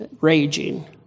raging